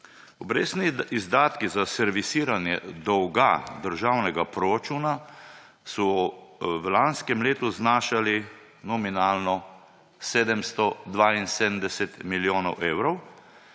Obrestni izdatki za servisiranje dolga državnega proračuna so v lanskem letu znašali nominalno 772 milijonov evrov.